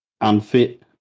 unfit